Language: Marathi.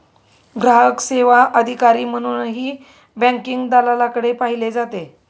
ग्राहक सेवा अधिकारी म्हणूनही बँकिंग दलालाकडे पाहिले जाते